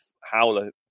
howler